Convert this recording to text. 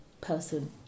person